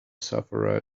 sufferer